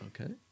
Okay